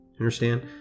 Understand